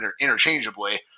interchangeably